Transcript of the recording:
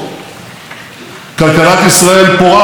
העלינו את התל"ג לשיא של כל הזמנים.